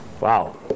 Wow